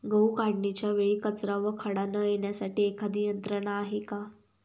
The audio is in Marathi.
गहू काढणीच्या वेळी कचरा व खडा न येण्यासाठी एखादी यंत्रणा आहे का?